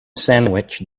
sandwich